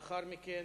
לאחר מכן,